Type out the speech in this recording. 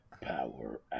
Power